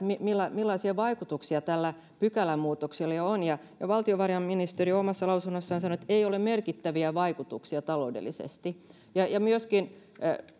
millaisia vaikutuksia tällä pykälämuutoksella on ja ja valtiovarainministeriö omassa lausunnossaan sanoi että ei ole merkittäviä vaikutuksia taloudellisesti ja ja myöskin